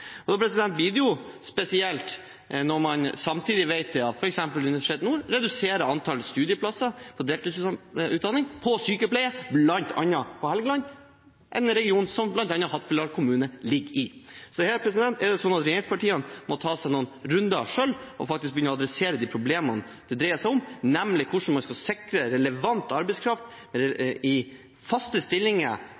Da blir det spesielt når vi vet at man samtidig reduserer antall studieplasser for deltidsutdanning av sykepleiere bl.a. på Helgeland, regionen bl.a. Hattfjelldal kommune ligger i. Her må regjeringspartiene ta seg noen runder og begynne å adressere de problemene det dreier seg om, nemlig hvordan man skal sikre relevant arbeidskraft